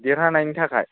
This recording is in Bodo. देरहानायनि थाखाय